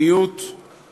עשר דקות.